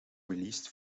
released